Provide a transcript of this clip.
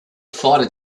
fighter